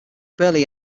barely